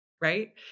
Right